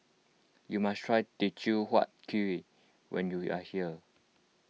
you must try Teochew Huat Kuih when you are here